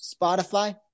Spotify